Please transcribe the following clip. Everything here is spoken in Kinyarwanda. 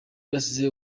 basize